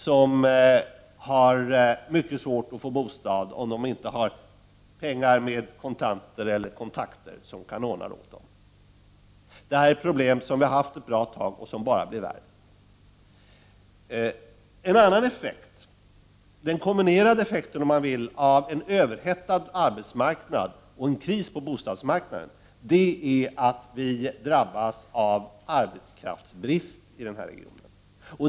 Det är mycket svårt att få en bostad om man inte har kontanter eller kontakter som kan ordna det. Det här är ett problem som har funnits under en längre tid och som bara blir värre. En annan effekt — man kan kalla det den kombinerade effekten — av en överhettad arbetsmarknad och en kris på bostadsmarknaden är att vi drabbas av arbetskraftsbrist i den här regionen.